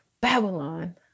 Babylon